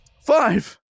Five